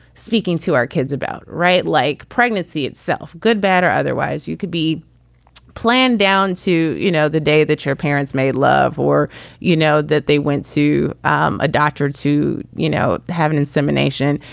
speaking to our kids about. right like pregnancy itself, good, bad or otherwise, you could be planned down to, you know, the day that your parents made love or you know, that they went to um a doctor to, you know, have an insemination.